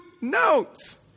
notes